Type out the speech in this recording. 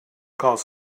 calls